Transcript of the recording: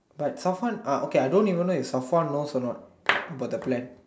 but Safwan ah okay I don't even know if Safwan knows or not about then plan